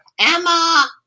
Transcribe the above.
Emma